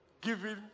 Giving